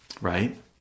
right